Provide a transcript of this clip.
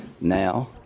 now